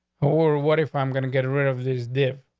or what if i'm gonna get rid of this dip.